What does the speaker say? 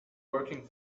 working